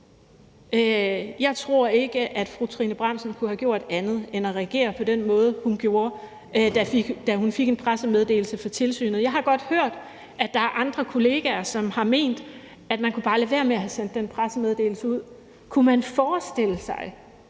forsvarsminister fru Trine Bramsen kunne have gjort andet end at reagere på den måde, som hun gjorde, da hun fik en pressemeddelelse fra tilsynet. Jeg har godt hørt, at der er andre kolleger, som har ment, at man bare kunne have ladet være med at sende den pressemeddelelse ud. Kunne man forestille sig,